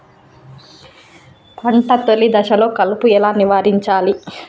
పంట తొలి దశలో కలుపు ఎలా నివారించాలి?